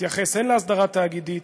שתתייחס הן להסדרה תאגידית